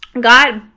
God